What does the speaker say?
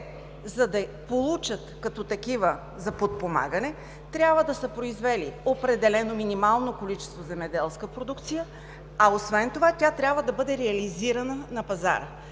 за да получат като такива за подпомагане, трябва да са произвели определено минимално количество земеделска продукция, а освен това тя трябва да бъде реализирана на пазара.